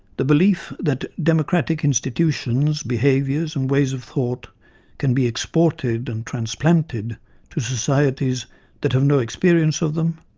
the belief that democratic institutions, behaviour and ways of thought can be exported and transplanted to societies that have no experience of them,